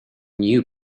new